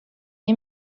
های